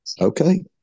Okay